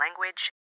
language